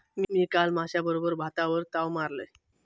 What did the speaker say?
मी काल माश्याबरोबर भातावर ताव मारलंय